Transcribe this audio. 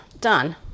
Done